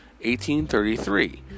1833